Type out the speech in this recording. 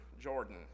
Jordan